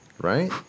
Right